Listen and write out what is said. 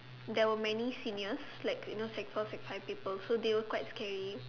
there were many seniors like you know sec four sec five people so they were quite scary